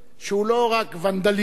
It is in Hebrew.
שהוא לא רק ונדליזם,